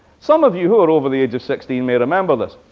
some of you who are over the age of sixteen may remember this.